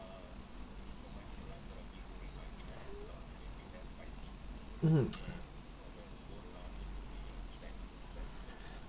mmhmm